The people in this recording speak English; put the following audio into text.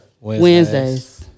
Wednesdays